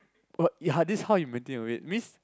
oh ya this is how you maintain your weight means